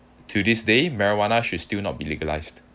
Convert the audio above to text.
to this day marijuana should still not be legalised